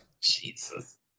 Jesus